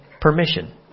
permission